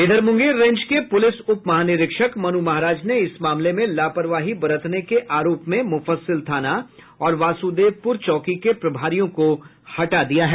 इधर मुंगेर रेंज के प्रलिस उप महानिरीक्षक मन् महाराज ने इस मामले में लापरवाही बरतने के आरोप में मुफस्सिल थाना और वासुदेवपुर चौकी के प्रभारियों को हटा दिया है